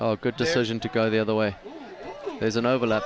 a good decision to go the other way there's an overl